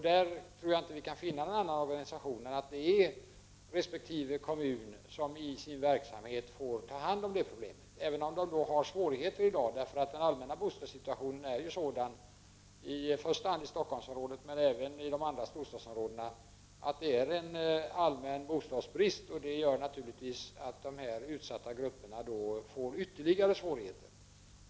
Där tror jag inte att vi kan finna någon annan organisation än att det är resp. kommun som i sin verksamhet får ta hand om problemet, även om de har svårigheter i dag. Den allmänna bostadssituationen är ju sådan, främst i Stockholmsområdet men även i de andra storstadsområ dena, att det råder en allmän bostadsbrist. Det gör naturligtvis att de utsatta grupperna får ytterligare svårigheter.